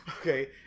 Okay